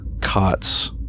cot's